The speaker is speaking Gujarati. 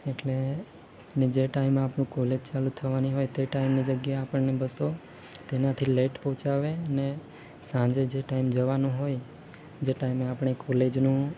એટલે ને જે ટાઈમે આપણું કોલેજ ચાલુ થવાની હોય તે ટાઈમે જગ્યા આપણને બસો તેનાથી લેટ પહોંચાડે ને સાંજે જે ટાઈમ જવાનું હોય જે ટાઈમે આપણે કોલેજોનું